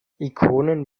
ikonen